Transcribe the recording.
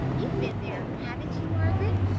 you've been there, haven't you, margaret?